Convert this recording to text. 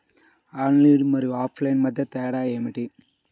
Online మరియు offline మధ్య తేడా ఏమిటీ?